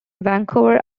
vancouver